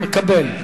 מקבל.